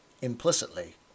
implicitly